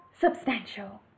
substantial